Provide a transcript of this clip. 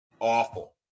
awful